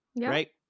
right